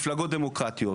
מפלגות דמוקרטיות.